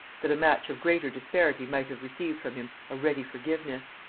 that a match of greater disparity might have received from him a ready forgiveness.